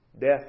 Death